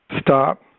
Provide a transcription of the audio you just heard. stop